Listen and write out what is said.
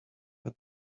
but